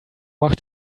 macht